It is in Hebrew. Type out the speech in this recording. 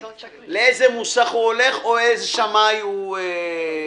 לאיזה מוסך הוא הולך או איזה שמאי הוא לוקח.